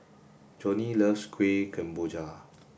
Johnny loves Kuih Kemboja